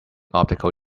optical